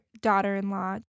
daughter-in-law